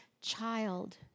child